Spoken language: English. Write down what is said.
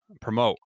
Promote